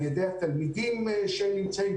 על ידי התלמידים שנמצאים,